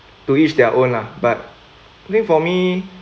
to each their own lah but I think for me